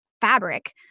fabric